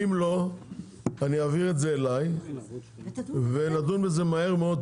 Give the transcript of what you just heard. אם לא, אני אעביר את זה אליי ונדון בזה מהר מאוד.